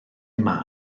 yma